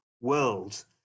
world